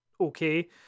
okay